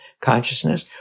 consciousness